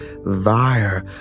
via